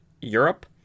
Europe